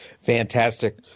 Fantastic